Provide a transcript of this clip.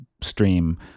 stream